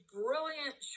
brilliant